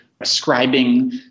ascribing